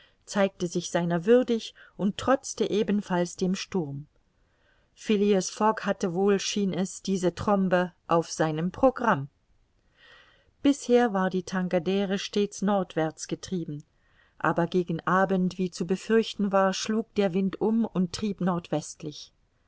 zeigte sich seiner würdig und trotzte ebenfalls dem sturm phileas fogg hatte wohl schien es diese trombe auf seinem programm bisher war die tankadere stets nordwärts getrieben aber gegen abend wie zu befürchten war schlug der wind um und trieb nordwestlich